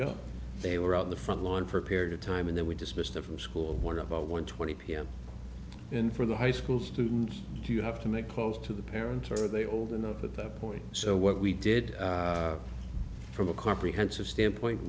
go they were on the front lawn for a period of time and they were dismissed from school what about one twenty p m and for the high school students do you have to make calls to the parents are they old enough at that point so what we did from a comprehensive standpoint